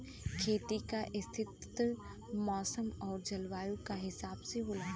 खेती क स्थिति मौसम आउर जलवायु क हिसाब से होला